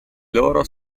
loro